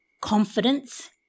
confidence